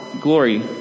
glory